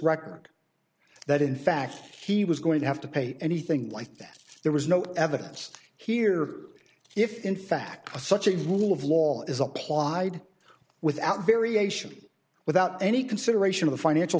record that in fact he was going to have to pay anything like that there was no evidence here if in fact such a rule of law is applied without variation without any consideration of financial